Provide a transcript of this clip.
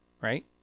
right